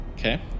Okay